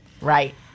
Right